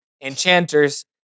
enchanters